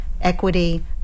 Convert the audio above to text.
equity